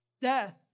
Death